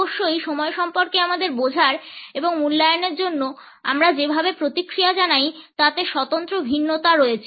অবশ্যই সময় সম্পর্কে আমাদের বোঝার এবং মূল্যায়নের জন্য আমরা যেভাবে প্রতিক্রিয়া জানাই তাতে স্বতন্ত্র ভিন্নতা রয়েছে